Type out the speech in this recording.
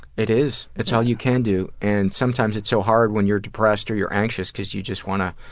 it is. that's all you can do. and sometimes it's so hard when you're depressed or you're anxious because you just want to